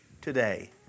today